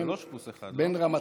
זה שלוש פלוס אחת, לא?